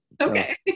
Okay